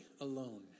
alone